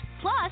Plus